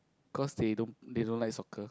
cause they don't they don't like soccer